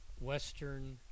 Western